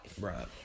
Right